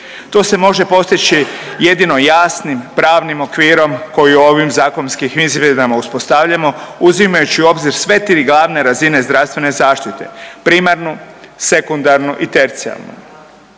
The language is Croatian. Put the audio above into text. To se može postići jedino jasnim, pravnim okvirom koji ovim zakonskim izmjenama uspostavljamo uzimajući u obzir sve tri glavne razine zdravstvene zaštite primarnu, sekundarnu i tercijarnu.